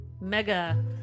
mega-